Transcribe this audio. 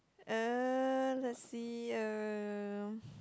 uh let's see uh